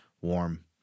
warm